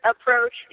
approach